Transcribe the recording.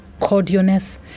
cordialness